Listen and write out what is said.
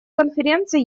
конференция